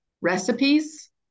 recipes